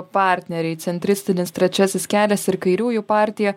partneriai centristinis trečiasis kelias ir kairiųjų partija